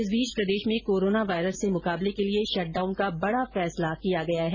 इस बीच प्रदेश में कोरोना वायरस से मुकाबले के लिए शटडाउन का बडा फैसला किया गया है